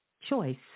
choice